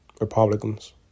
Republicans